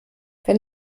wenn